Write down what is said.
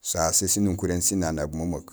sasé sinukuréén sinanaab memeek.